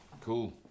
Cool